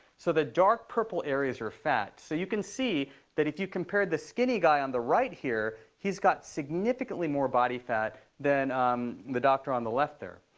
so the dark-purple areas are fat. so you can see that if you compare the skinny guy on the right here, here, he's got significantly more body fat than um the doctor on the left there.